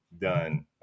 done